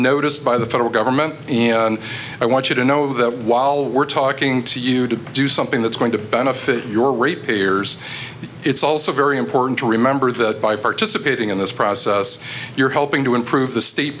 noticed by the federal government and i want you to know that while we're talking to you to do something that's going to benefit your rate payers it's also very important to remember the by participating in this process you're helping to improve the state